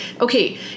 okay